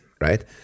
right